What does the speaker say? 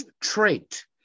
trait